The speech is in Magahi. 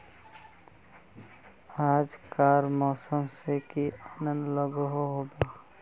आज कार मौसम से की अंदाज लागोहो होबे?